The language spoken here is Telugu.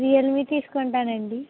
రియల్మీ తీసుకుంటానండి